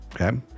okay